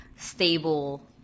stable